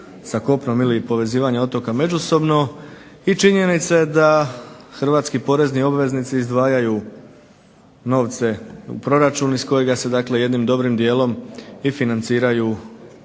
sa kopnom ili povezivanje otoka međusobno. I činjenica je da hrvatski porezni obveznici izdvajaju novce u proračun iz kojega se dakle jednim dobrim dijelom i financiraju ove